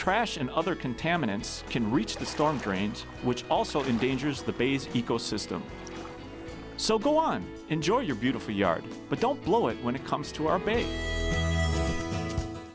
trash and other contaminants can reach the storm drains which also in danger's the bays ecosystem so go on enjoy your beautiful yard but don't blow it when it comes to our